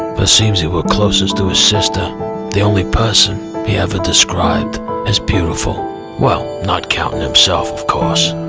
but seems he were closest to his sister the only person he ever described as beautiful well not counting himself of course